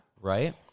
Right